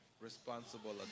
responsible